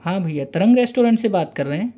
हाँ भैया तरंग रेस्टोरेंट से बात कर रहें हैं